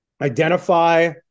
identify